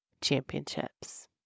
championships